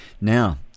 Now